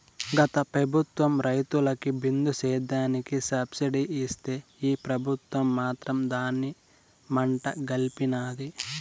గత పెబుత్వం రైతులకి బిందు సేద్యానికి సబ్సిడీ ఇస్తే ఈ పెబుత్వం మాత్రం దాన్ని మంట గల్పినాది